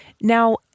now